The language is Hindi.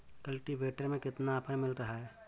कल्टीवेटर में कितना ऑफर मिल रहा है?